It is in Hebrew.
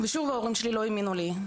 ושוב ההורים שלי לא האמינו לי,